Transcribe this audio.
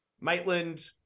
Maitland